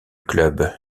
club